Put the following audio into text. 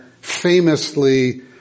famously